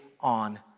on